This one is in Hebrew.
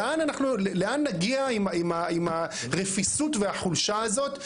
לאן נגיע עם הרפיסות והחולשה הזאת?